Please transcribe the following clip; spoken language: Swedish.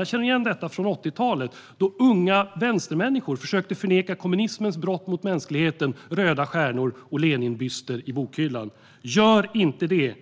Jag känner igen detta från 80-talet, då unga vänstermänniskor försökte förneka kommunismens brott mot mänskligheten och bortförklara röda stjärnor och Leninbyster i bokhyllan. Gör inte det!